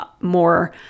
more